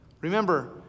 Remember